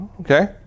Okay